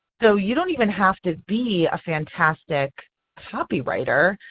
so you don't even have to be a fantastic copywriter.